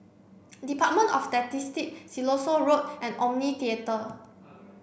department of Statistics Siloso Road and Omni Theatre